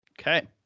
Okay